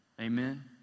Amen